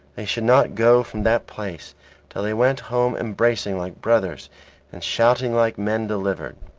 they should not go from that place till they went home embracing like brothers and shouting like men delivered.